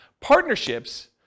Partnerships